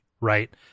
right